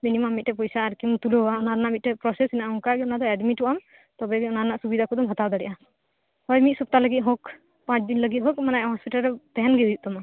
minimum ᱯᱚᱭᱥᱟ ᱟᱨ ᱠᱤᱢ ᱛᱩᱞᱟᱹᱣᱟ ᱚᱱᱟ ᱨᱮᱱᱟᱜ ᱢᱤᱴᱟᱝ ᱯᱨᱳᱥᱮᱥ ᱦᱮᱱᱟᱜ ᱟ ᱚᱱᱠᱟᱜᱮ ᱚᱱᱟᱫᱚ ᱮᱰᱢᱤᱴᱚᱜ ᱟᱢ ᱛᱚᱵᱮ ᱡᱮ ᱚᱱᱟ ᱨᱮᱱᱟᱜ ᱥᱩᱵᱤᱫᱟ ᱠᱚᱫᱚᱢ ᱦᱟᱛᱟᱣ ᱫᱟᱲᱮᱭᱟᱜ ᱟ ᱦᱳᱭ ᱢᱤᱫ ᱥᱚᱯᱛᱟᱦᱚ ᱞᱟᱹᱜᱤᱫ ᱦᱳᱠ ᱯᱟᱸᱪ ᱫᱤᱱ ᱞᱟᱹᱜᱤᱫ ᱦᱳᱠ ᱢᱟᱱᱮ ᱦᱳᱥᱯᱤᱴᱟᱞ ᱨᱮ ᱛᱟᱸᱦᱮᱱ ᱜᱮ ᱦᱩᱭᱩᱜ ᱛᱟᱢᱟ